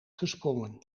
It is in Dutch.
gesprongen